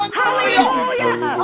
hallelujah